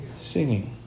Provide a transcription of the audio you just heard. Singing